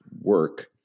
work